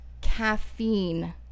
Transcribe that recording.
caffeine